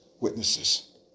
witnesses